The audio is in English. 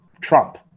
Trump